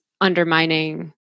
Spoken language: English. undermining